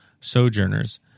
sojourners